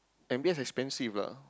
M_B_S expensive lah